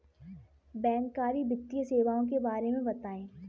बैंककारी वित्तीय सेवाओं के बारे में बताएँ?